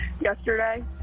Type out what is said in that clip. yesterday